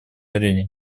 арене